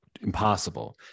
impossible